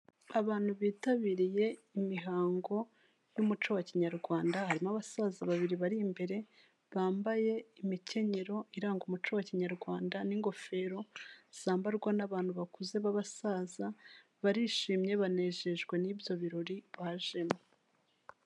Abantu bitabiriye imihango y'umuco wa kinyarwanda, harimo abasaza babiri bari imbere, bambaye imikenyero iranga umuco wa kinyarwanda n'ingofero zambarwa n'abantu bakuze b'abasaza, barishimye banejejwe n'ibyo birori bajemo.